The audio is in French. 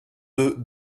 deux